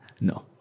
No